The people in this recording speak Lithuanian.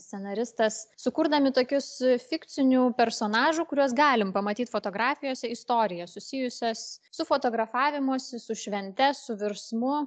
scenaristas sukurdami tokius fikcinių personažų kuriuos galim pamatyt fotografijose istorijas susijusias su fotografavimosi su švente su virsmu